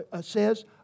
says